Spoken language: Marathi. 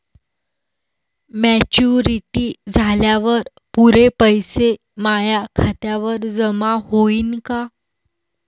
मॅच्युरिटी झाल्यावर पुरे पैसे माया खात्यावर जमा होईन का?